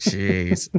Jeez